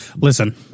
Listen